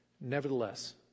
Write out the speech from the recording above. Nevertheless